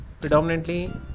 predominantly